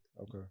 okay